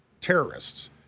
terrorists